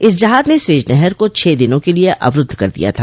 इस जहाज ने स्वेज नहर को छह दिनों के लिए अवरुद्ध कर दिया था